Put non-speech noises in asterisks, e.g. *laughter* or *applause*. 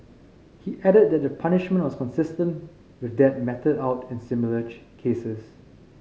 he added that the punishment was consistent with that meted out in similar *unintelligible* cases